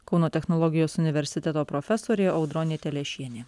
kauno technologijos universiteto profesorė audronė telešienė